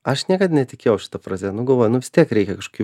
aš niekad netikėjau šita fraze nu galvojau nu vis tiek reikia kažkaip